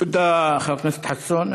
תודה, חבר הכנסת חסון.